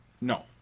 No